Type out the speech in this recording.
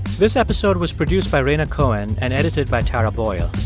this episode was produced by rhaina cohen and edited by tara boyle.